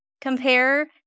compare